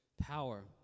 power